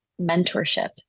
mentorship